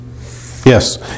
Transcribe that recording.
Yes